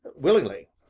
willingly.